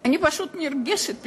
אני פשוט נרגשת,